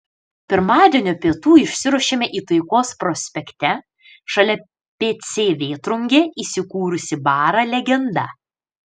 pirmadienio pietų išsiruošėme į taikos prospekte šalia pc vėtrungė įsikūrusį barą legenda